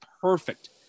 perfect